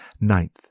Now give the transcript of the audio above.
Ninth